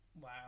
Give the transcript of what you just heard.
Wow